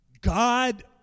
God